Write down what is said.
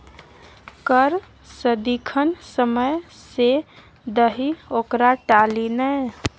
कर सदिखन समय सँ दही ओकरा टाली नै